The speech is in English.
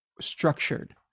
Structured